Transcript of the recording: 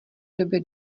době